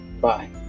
Bye